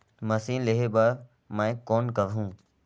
Machine लेहे बर मै कौन करहूं?